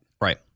Right